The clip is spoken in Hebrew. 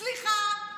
סליחה,